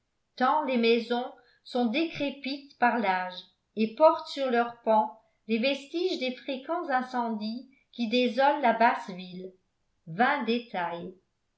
tant les maisons sont décrépites par l'âge et portent sur leurs pans les vestiges des fréquents incendies qui désolent la basse ville vains détails